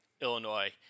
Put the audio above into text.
Illinois